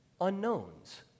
unknowns